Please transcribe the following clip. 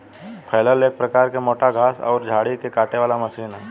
फलैल एक प्रकार के मोटा घास अउरी झाड़ी के काटे वाला मशीन ह